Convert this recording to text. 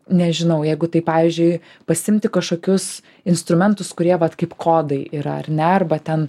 nežinau jeigu tai pavyzdžiui pasiimti kažkokius instrumentus kurie vat kaip kodai yra ar ne arba ten